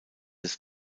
des